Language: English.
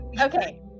Okay